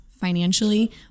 financially